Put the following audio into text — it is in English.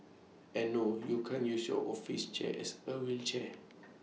and no you can't use your office chair as A wheelchair